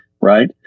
Right